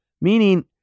Meaning